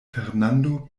fernando